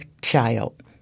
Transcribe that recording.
child